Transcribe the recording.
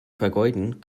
vergeuden